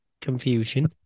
confusion